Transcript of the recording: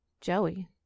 Joey